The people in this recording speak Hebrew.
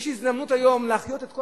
יש הזדמנות היום להחיות את כל